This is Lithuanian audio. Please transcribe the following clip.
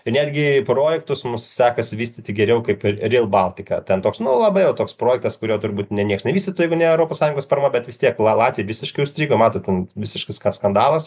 netgi projektus mums sekasi vystyti geriau kaip ir rail baltica ten toks nu labai jau toks projektas kurio turbūt ne nieks nevystytų jeigu ne europos sąjungos parama bet vis tiek latviai visiškai užstrigo matot ten visiškas skandalas